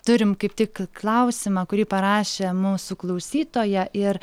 turim kaip tik klausimą kurį parašė mūsų klausytoja ir